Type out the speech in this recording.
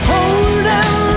Holding